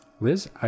Liz